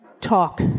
talk